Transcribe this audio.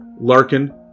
Larkin